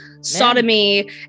sodomy